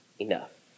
enough